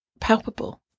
palpable